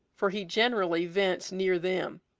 for he generally vents near them.